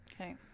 Okay